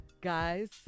guys